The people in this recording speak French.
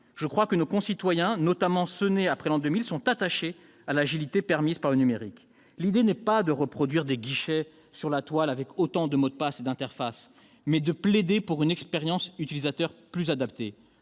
Je crois que nos concitoyens, notamment ceux qui sont nés après l'an 2000, sont attachés à l'agilité offerte par le numérique. L'idée n'est pas de reproduire des guichets sur la toile avec autant de mots de passe et d'interfaces ; il s'agit de plaider pour une « expérience utilisateurs » plus adaptée.